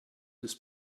this